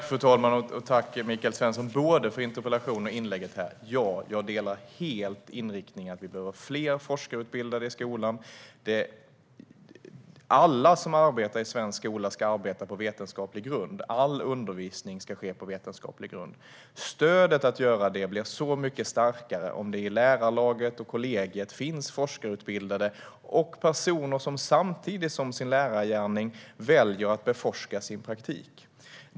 Fru talman! Tack, Michael Svensson, för både interpellationen och inlägget! Ja, jag delar helt uppfattningen att vi behöver fler forskarutbildade i skolan. Alla som arbetar i svensk skola ska arbeta på vetenskaplig grund. All undervisning ska ske på vetenskaplig grund. Stödet att göra det blir så mycket starkare om det i lärarlaget och kollegiet finns forskarutbildade och personer som parallellt med sin lärargärning väljer att beforska sin praktik.